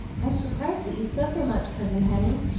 i'm s'prised that you suffer much, cousin henny.